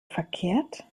verkehrt